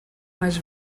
mais